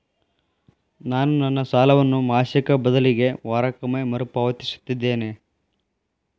ನಾನು ನನ್ನ ಸಾಲವನ್ನು ಮಾಸಿಕ ಬದಲಿಗೆ ವಾರಕ್ಕೊಮ್ಮೆ ಮರುಪಾವತಿಸುತ್ತಿದ್ದೇನೆ